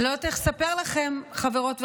אני לא יודעת איך לספר לכם, חברות וחברים,